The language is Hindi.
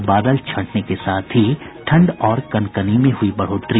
और बादल छंटने के साथ ही ठंड और कनकनी में हुई बढ़ोतरी